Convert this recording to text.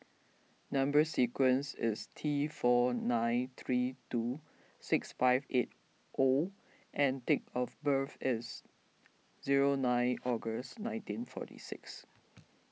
Number Sequence is T four nine three two six five eight O and date of birth is zero nine August nineteen forty six